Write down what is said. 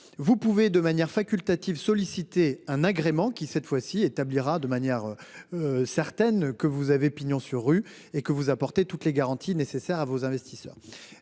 Vous pouvez de manière facultative solliciter un agrément qui cette fois-ci établira de manière. Certaine que vous avez pignon sur rue et que vous apporter toutes les garanties nécessaires à vos investisseurs.